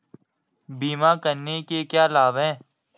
बीमा करने के क्या क्या लाभ हैं?